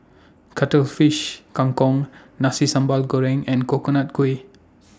Cuttlefish Kang Kong Nasi Sambal Goreng and Coconut Kuih